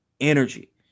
energy